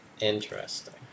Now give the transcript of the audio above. Interesting